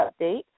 update